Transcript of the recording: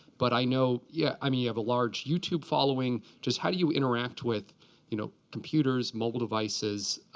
but i know, yeah i mean, you have a large youtube following. just how do you interact with you know computers, mobile devices,